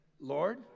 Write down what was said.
Lord